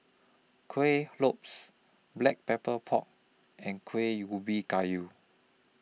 Kuih Lopes Black Pepper Pork and Kuih Ubi Kayu